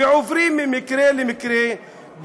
ועוברים ממקרה למקרה,